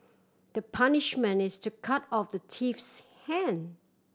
the punishment is to cut off the thief's hand